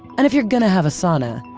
and if you're gonna have a sauna,